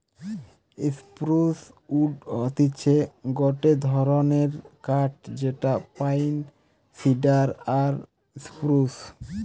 spruce wood হতিছে গটে ধরণের কাঠ যেটা পাইন, সিডার আর স্প্রুস